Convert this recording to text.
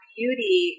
beauty